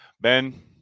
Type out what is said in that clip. Ben